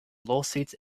lawsuits